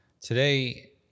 Today